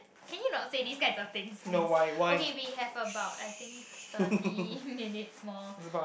can you not say this kinds of things please okay we have about I think thirty minutes more